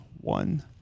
one